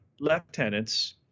lieutenants